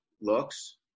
looks